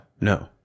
no